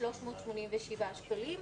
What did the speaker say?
387 שקלים,